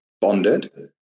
bonded